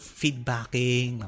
feedbacking